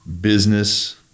business